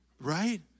Right